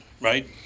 right